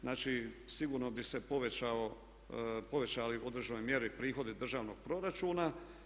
Znači, sigurno bi se povećali u određenoj mjeri prihodi državnog proračuna.